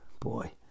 Boy